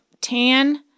tan